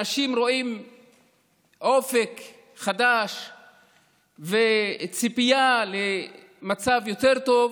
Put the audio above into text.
שאנשים יראו אופק חדש וציפייה למצב יותר טוב,